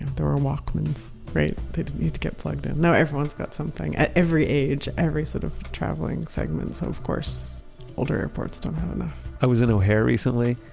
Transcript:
there were walkmans, right? they didn't need to get plugged in. now everyone's got something. at every age, every sort of traveling segment, so of course older airports don't have enough i was at o'hare recently,